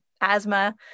asthma